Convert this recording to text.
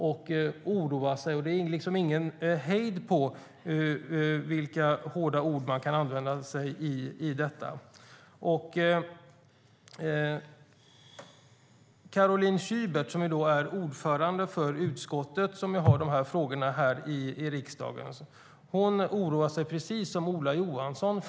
Man oroar sig, och det är liksom ingen hejd på de hårda orden. Caroline Szyber som är ordförande för det utskott här i riksdagen som hanterar dessa frågor oroar sig, precis som Ola Johansson.